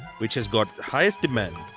which has got highest demand.